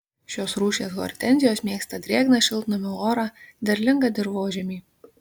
šios rūšies hortenzijos mėgsta drėgną šiltnamio orą derlingą dirvožemį